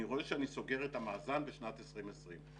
אני רואה שאני סוגר את המאזן בשנת 2020,